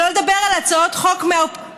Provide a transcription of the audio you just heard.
שלא לדבר על כך שהצעות חוק מהאופוזיציה